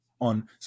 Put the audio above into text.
on